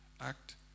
act